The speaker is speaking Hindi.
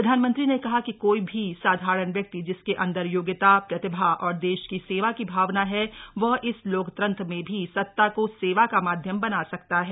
प्रधानमंत्री ने कहा कि कोई भी साधारण व्यक्ति जिसके अदंर योग्यता प्रतिभा और देश की सेवा की भावना है वह इस लोकतंत्र में भी सता को सेवा का माध्यम बना सकता है